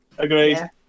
agreed